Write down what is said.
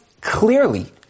clearly